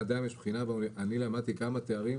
אני למדתי כמה תארים,